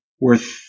worth